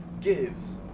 gives